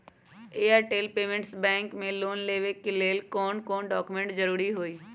Airtel payments bank से loan लेवे के ले कौन कौन डॉक्यूमेंट जरुरी होइ?